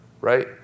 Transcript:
right